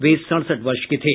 वे सड़सठ वर्ष के थे